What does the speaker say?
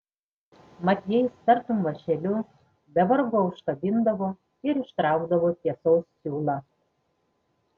mat jais tartum vąšeliu be vargo užkabindavo ir ištraukdavo tiesos siūlą